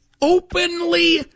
openly